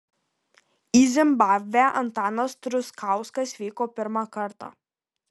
į zimbabvę antanas truskauskas vyko pirmą kartą